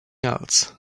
else